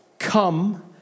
Come